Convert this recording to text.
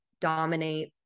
dominate